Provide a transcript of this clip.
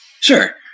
Sure